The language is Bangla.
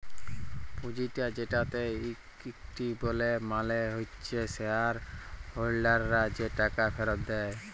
পুঁজিটা যেটাকে ইকুইটি ব্যলে মালে হচ্যে শেয়ার হোল্ডাররা যে টাকা ফেরত দেয়